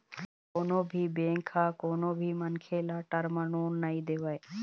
कोनो भी बेंक ह कोनो भी मनखे ल टर्म लोन नइ देवय